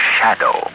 Shadow